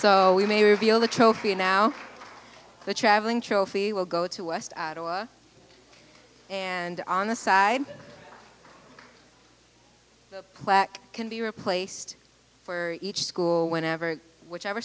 so we may reveal the trophy now the travelling trophy will go to west and on the side plaque can be replaced for each school whenever whichever